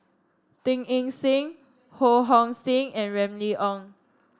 Teo Eng Seng Ho Hong Sing and Remy Ong